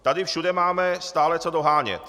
Tady všude máme stále co dohánět.